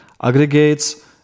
aggregates